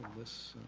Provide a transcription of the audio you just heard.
this.